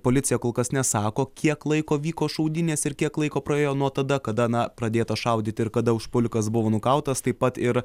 policija kol kas nesako kiek laiko vyko šaudynės ir kiek laiko praėjo nuo tada kada na pradėta šaudyti ir kada užpuolikas buvo nukautas taip pat ir